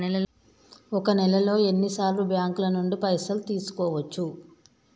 ఒక నెలలో ఎన్ని సార్లు బ్యాంకుల నుండి పైసలు తీసుకోవచ్చు?